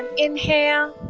inhale